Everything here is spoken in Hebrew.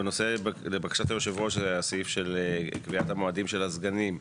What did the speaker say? לבקשת יושב הראש סעיף קביעת המועדים של הסגנים,